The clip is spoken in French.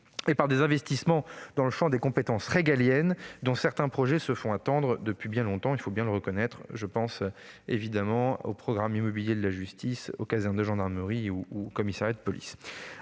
par des investissements dans le champ des compétences régaliennes, dont certains projets se font attendre depuis bien longtemps, il faut le reconnaître. Je pense au programme immobilier de la justice, aux casernes de gendarmerie et des forces